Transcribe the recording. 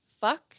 fuck